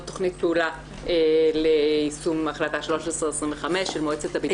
תכנית פעולה ליישום החלטה 1325 של מועצת הבטחון.